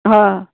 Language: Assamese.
অ'